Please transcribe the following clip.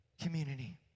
community